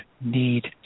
need